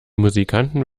musikanten